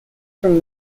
from